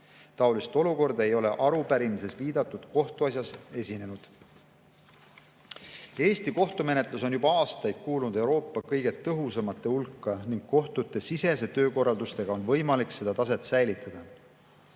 Taolist olukorda ei ole arupärimises viidatud kohtuasjas esinenud. Eesti kohtumenetlus on juba aastaid kuulunud Euroopa kõige tõhusamate hulka ning kohtute sisese töökorraldusega on võimalik seda taset säilitada.